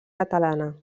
catalana